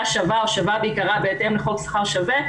שווה או שווה בעיקרה בהתאם לחוק שכר שווה,